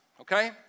okay